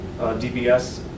DBS